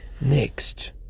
Next